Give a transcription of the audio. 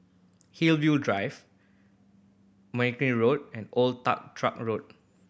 Hillview Drive Mergui Road and Old Toh Truck Road